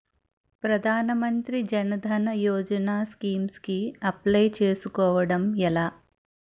ప్రధాన మంత్రి జన్ ధన్ యోజన స్కీమ్స్ కి అప్లయ్ చేసుకోవడం ఎలా?